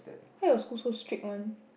why your school so strict one